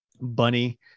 bunny